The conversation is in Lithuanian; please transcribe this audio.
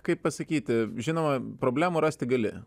kaip pasakyti žinoma problemų rasti gali